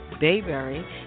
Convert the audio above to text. Bayberry